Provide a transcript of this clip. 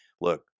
Look